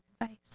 advice